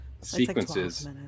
sequences